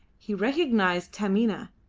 he recognised taminah,